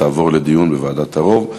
תועבר לדיון בוועדת העבודה והרווחה.